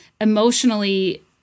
emotionally